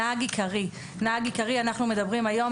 נהג עיקרי נהג עיקרי אנחנו מדברים היום,